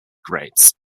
grades